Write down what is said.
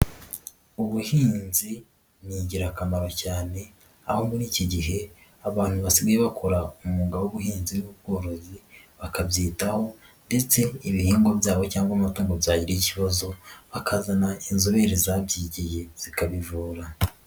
Ubuhinzi ni ingirakamaro cyane aho muri iki gihe abantu basigaye bakora umwuga w'ubuhinzi n'ubworozi bakabyitaho ndetse ibihingwa byabo cyangwa amatungo byagira ikibazo bakazana inzobere zabyigiye zikabivura.